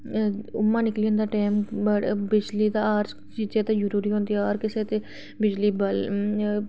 उ'आ निकली जंदा टैम बिजली दा हर चीजै आस्तै जरूरी होंदी हर कुसै आस्तै बिजली